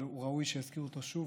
אבל ראוי שיזכירו אותו שוב,